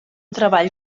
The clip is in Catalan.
treball